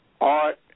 Art